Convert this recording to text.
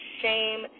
shame